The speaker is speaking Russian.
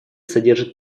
содержит